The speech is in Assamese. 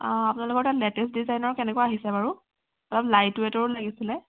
আ আপোনালোকৰ তাত লেটেষ্ট ডিজাইনৰ কেনকুৱা আহিছে বাৰু অলপ লাইট ওৱেটৰ লাগিছিলে